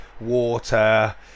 water